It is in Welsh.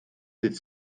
dydd